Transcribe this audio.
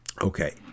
Okay